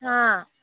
हां